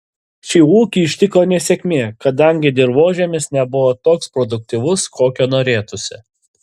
šį ūkį ištiko nesėkmė kadangi dirvožemis nebuvo toks produktyvus kokio norėtųsi